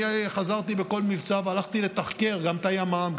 אני חזרתי בכל מבצע והלכתי לתחקר גם את הימ"מ,